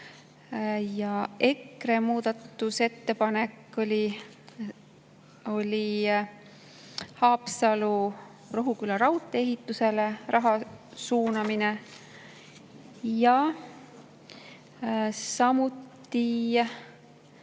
EKRE muudatusettepanek oli Haapsalu–Rohuküla raudtee ehitusele raha suunamine, samuti